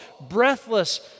breathless